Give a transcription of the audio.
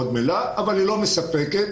אבל היא לא מספקת